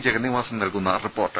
ജഗന്നിവാസൻ നൽകുന്ന റിപ്പോർട്ട്